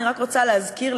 אני רק רוצה להזכיר,